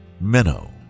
Minnow